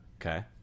Okay